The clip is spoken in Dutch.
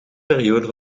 periode